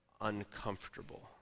uncomfortable